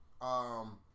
um-